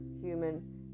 human